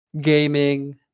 gaming